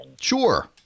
sure